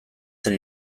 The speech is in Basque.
zen